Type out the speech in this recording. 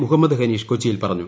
മുഹമ്മദ് ഹനീഷ് കൊച്ചിയിൽ പറഞ്ഞു